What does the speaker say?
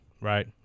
right